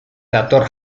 dator